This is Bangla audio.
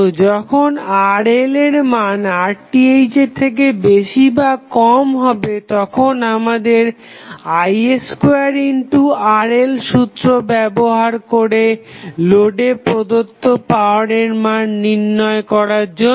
তো যখন RL এর মান RTh এর থেকে বেশি বা কম হবে তখন আমাদের i2RL সূত্র ব্যবহার করতে হবে লোডে প্রদত্ত পাওয়ারের মান নির্ণয় করার জন্য